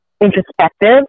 introspective